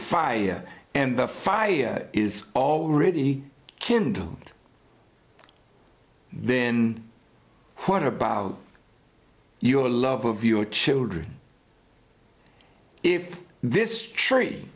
fire and the fire is already kindled then what about your love of your children if this tree